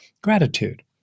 gratitude